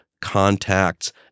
contacts